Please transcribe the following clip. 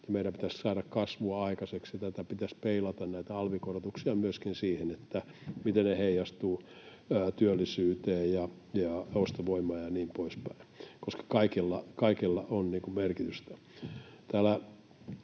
meidän pitäisi saada kasvua aikaiseksi ja näitä alvikorotuksia pitäisi peilata myöskin siihen, miten ne heijastuvat työllisyyteen ja ostovoimaan ja niin poispäin, koska kaikella on merkitystä.